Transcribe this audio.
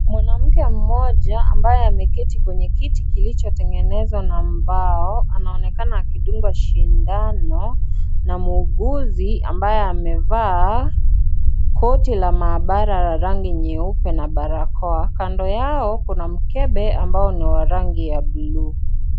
Mwanamke mmoja ambaye ameketi kwenye kiti kilicho tengenezewa na mbao anaonekana akidungwa shindano na muuguzi ambaye amevaa koti la maabara la rangi nyeupe na barakoa kando yao kuna mkebe ambao ni wa rangi ya buluu.